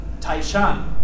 Taishan